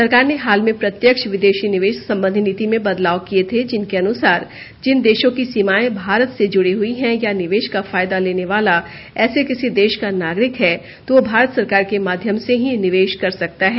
सरकार ने हाल में प्रत्यक्ष विदेशी निवेश संबंधी नीति में बदलाव किये थे जिनके अनुसार जिन देशों की सीमाएं भारत से जुड़ी हुई हैं या निवेश का फायदा लेने वाला ऐसे किसी देश का नागरिक है तो वह भारत सरकार के माध्यम से ही निवेश कर सकता है